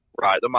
Right